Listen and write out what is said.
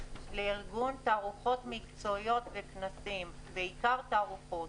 לארגון תערוכות מקצועיות וכנסים, בעיקר תערוכות.